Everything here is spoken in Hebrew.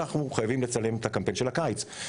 אנחנו חייבים לצלם את קמפיין הקיץ,